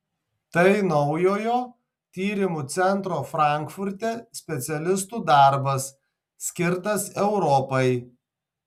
tai naujojo tyrimų centro frankfurte specialistų darbas skirtas europai